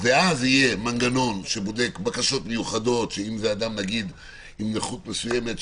ואז יהיה מנגנון שבודק בקשות מיוחדות לאדם עם נכות מסוימת,